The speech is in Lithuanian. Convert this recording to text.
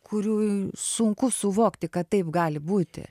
kurių sunku suvokti kad taip gali būti